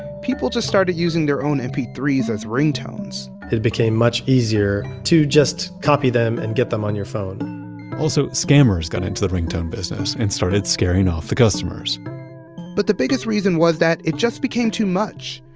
people just started using their own m p three s as ringtones it became much easier to just copy them and get them on your phone also, scammers got into the ringtone business and started scaring off the customers but the biggest reason was that it just became too much.